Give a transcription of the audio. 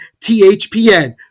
THPN